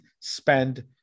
spend